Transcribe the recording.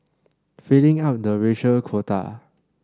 filling up the racial quota